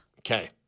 Okay